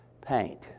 Paint